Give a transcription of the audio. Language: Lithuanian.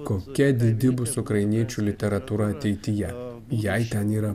kokia didi bus ukrainiečių literatūra ateityje jei ten yra